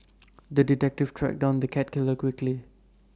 the detective tracked down the cat killer quickly